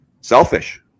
selfish